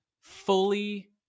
fully